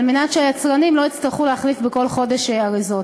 על מנת שהיצרנים לא יצטרכו להחליף בכל חודש אריזות.